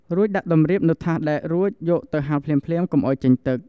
រួចដាក់តម្រាបនៅថាសដែករូចយកទៅហាលភ្លាមៗកុំឲ្យចេញទឹក។